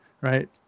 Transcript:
Right